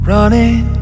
Running